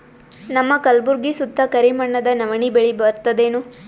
ನಮ್ಮ ಕಲ್ಬುರ್ಗಿ ಸುತ್ತ ಕರಿ ಮಣ್ಣದ ನವಣಿ ಬೇಳಿ ಬರ್ತದೇನು?